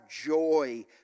joy